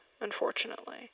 unfortunately